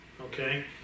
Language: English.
okay